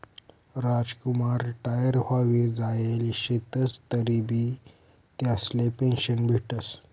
Ramkumar retire व्हयी जायेल शेतंस तरीबी त्यासले पेंशन भेटस